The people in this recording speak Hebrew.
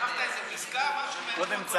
שכחת איזו פסקה, משהו, מהנאום הקודם?